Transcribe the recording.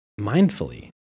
mindfully